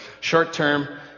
short-term